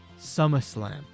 SummerSlam